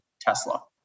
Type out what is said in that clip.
Tesla